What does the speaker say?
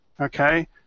okay